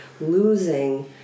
losing